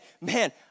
man